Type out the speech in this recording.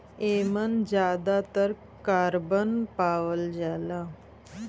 एमन जादातर कारबन पावल जाला